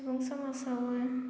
सुबुं समाजावबो